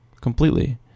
completely